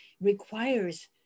requires